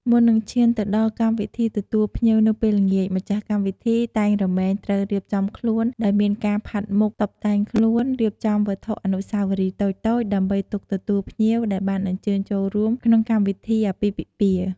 មុននឹងឈានទៅដល់កម្មវិធីទទួលភ្ញៀវនៅពេលល្ងាច ម្ចាស់កម្មវិធីតែងរមែងត្រូវរៀបចំខ្លួនដោយមានការផាត់មុខតុបតែងខ្លួន រៀបចំវត្ថុអនុស្សវរីយ៍តូចៗ ដើម្បីទុកទទួលភ្ញៀវដែលបានអញ្ញើញចូលរួមក្នុងកម្មវិធីអាពាហ៍ពិពាហ៍។